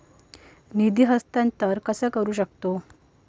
निधी हस्तांतर कसा करू शकतू?